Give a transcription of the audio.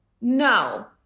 No